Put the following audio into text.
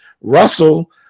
Russell